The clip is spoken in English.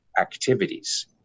activities